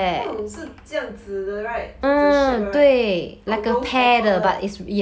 那种是这样子 right 这个 shape 的 right 那种 rose apple